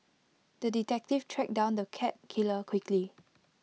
the detective tracked down the cat killer quickly